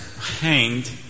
hanged